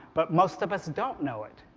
but most of us don't know it.